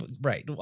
Right